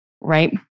Right